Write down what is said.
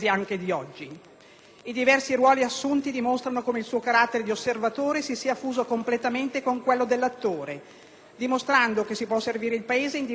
I diversi ruoli assunti dimostrano come il suo carattere di osservatore si sia fuso completamente con quello dell'attore, dimostrando che si può servire il Paese in diverse dimensioni;